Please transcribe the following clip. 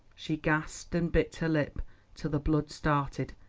she gasped and bit her lip till the blood started,